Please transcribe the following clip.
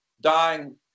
dying